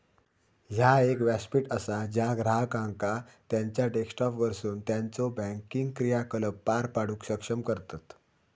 ह्या एक व्यासपीठ असा ज्या ग्राहकांका त्यांचा डेस्कटॉपवरसून त्यांचो बँकिंग क्रियाकलाप पार पाडूक सक्षम करतत